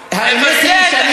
ואתה מבזה את כיסא היושב-ראש.